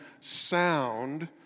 sound